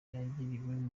yakiriwe